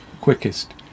quickest